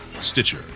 Stitcher